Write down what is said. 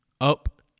up